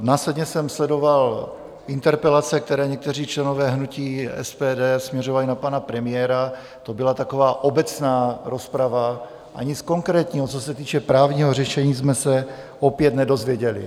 Následně jsem sledoval interpelace, které někteří členové hnutí SPD směřovali na pana premiéra, to byla taková obecná rozprava a nic konkrétního, co se týče právního řešení, jsme se opět nedozvěděli.